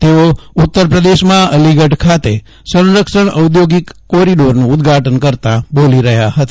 તેઓ ઉત્તર પ્રદેશમાં અલીગઢ ખાતે સંરક્ષણ ઔદ્યોગીક કોરિડોરનું ઉદઘાટન કરતાં બોલી રહ્યા હતા